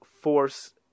force